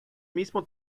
mismo